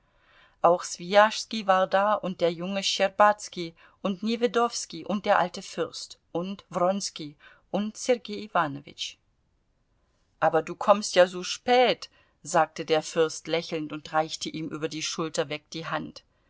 auch swijaschski war da und der junge schtscherbazki und newjedowski und der alte fürst und wronski und sergei iwanowitsch aber du kommst ja so spät sagte der fürst lächelnd und reichte ihm über die schulter weg die hand